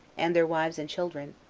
and their wives and children,